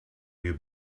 you